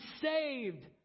saved